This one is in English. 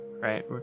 right